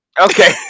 Okay